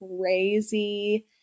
crazy